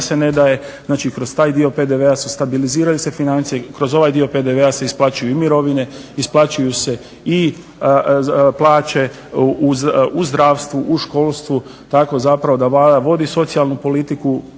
se ne daje znači i kroz taj dio PDV-a stabiliziraju se financije i kroz ovaj dio PDV-a se isplaćuju i mirovine, isplaćuju se i plaće u zdravstvu, u školstvu tako zapravo da Vlada vodi socijalnu politiku